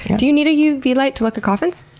do you need a uv light to look at coffins?